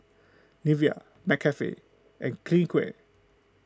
Nivea McCafe and Clinique